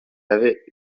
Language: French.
avait